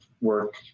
work